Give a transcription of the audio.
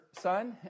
son